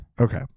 Okay